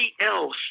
else